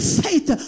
faith